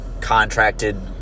contracted